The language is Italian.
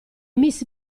miss